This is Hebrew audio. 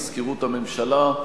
מזכירות הממשלה,